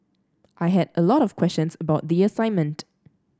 I had a lot of questions about the assignment